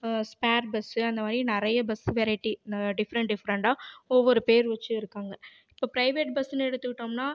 spare bus அந்த மாதிரி நிறைய பஸ் வெரைட்டி ந டிஃப்ரெண்ட் டிஃப்ரெண்டாக ஒவ்வொரு பேர் வச்சி இருக்காங்க இப்போது பிரைவேட் பஸுனு எடுத்துக்கிட்டோம்னா